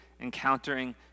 encountering